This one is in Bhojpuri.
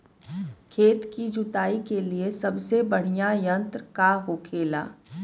खेत की जुताई के लिए सबसे बढ़ियां यंत्र का होखेला?